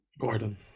Gordon